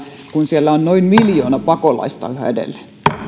kun siellä on noin miljoona pakolaista yhä edelleen